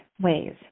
ways